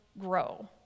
grow